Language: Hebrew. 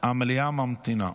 המליאה ממתינה.